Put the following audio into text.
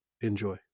Enjoy